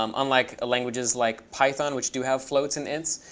um unlike languages like python which do have floats and ints.